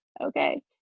okay